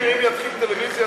אם יתחיל בטלוויזיה,